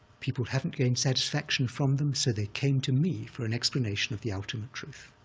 people haven't gained satisfaction from them, so they came to me for an explanation of the ultimate truth,